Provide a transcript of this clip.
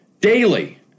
daily